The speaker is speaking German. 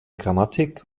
grammatik